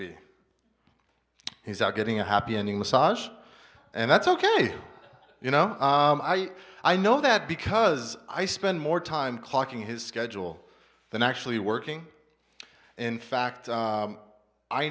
be he's not getting a happy ending massage and that's ok you know i know that because i spend more time clocking his schedule than actually working in fact